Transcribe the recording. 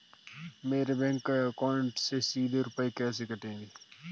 मेरे bank account से सीधे रुपए कैसे कटेंगे?